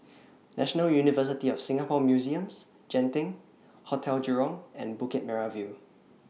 National University of Singapore Museums Genting Hotel Jurong and Bukit Merah View